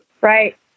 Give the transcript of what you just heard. right